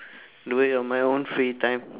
do it on my own free time